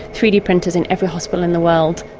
three d printers in every hospital in the world.